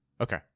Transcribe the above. okay